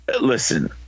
Listen